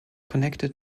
connected